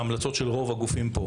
ההמלצות של רוב הגופים פה,